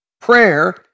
Prayer